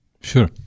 sure